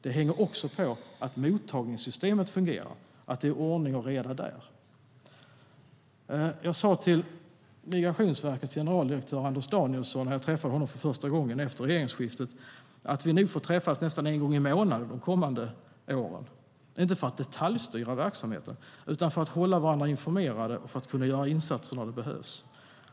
Det hänger också på att mottagningssystemet fungerar, att det är ordning och reda där. Jag sa till Migrationsverkets generaldirektör Anders Danielsson när jag träffade honom första gången efter regeringsskiftet att vi nog får träffas nästan en gång i månaden de kommande åren - inte för att detaljstyra verksamheten utan för att hålla varandra informerade och för att kunna göra insatser när det behövs.